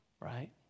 right